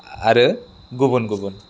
आरो गुबुन गुबुन